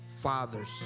fathers